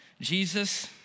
Jesus